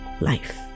life